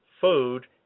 food